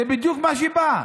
זה בדיוק מה שבא.